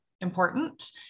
important